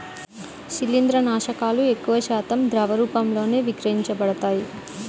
శిలీంద్రనాశకాలు ఎక్కువశాతం ద్రవ రూపంలోనే విక్రయించబడతాయి